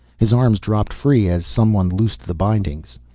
his arms dropped free as someone loosed the bindings.